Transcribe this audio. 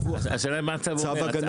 השאלה היא מה הצו אומר?